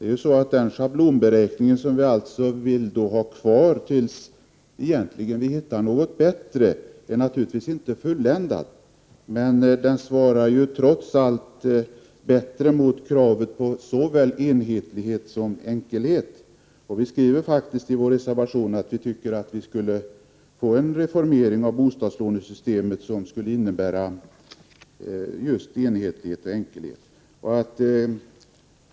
Fru talman! Den schablonberäkning som vi vill ha kvar tills vi hittar något bättre är naturligtvis inte fulländad. Den svarar dock bra mot kravet på enhetlighet och enkelhet. Vi skriver faktiskt i vår reservation att vi tycker att en reformering av bostadslånesystemet skall ske som skulle innebära enhetlighet och enkelhet.